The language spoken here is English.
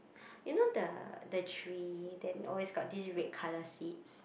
you know the the tree then always got these red colour seeds